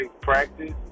practice